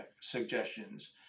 suggestions